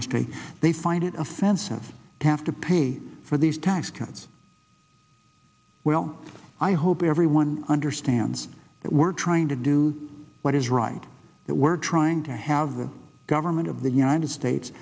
yesterday they find it offensive to have to pay for these tax cuts well i hope everyone understands we're trying to do what is right but we're trying to have the government of the united states